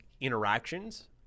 interactions